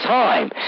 time